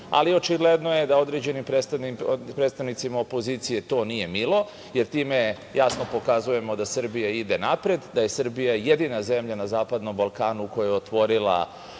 ali očigledno je da određeni predstavnicima opozicije to nije milo, jer time jasno pokazujemo da Srbija ide napred, da je Srbija jedina zemlja na zapadnom Balkanu koja je otvorila